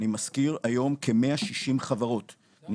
אני מזכיר: כ-160 חברות בנייה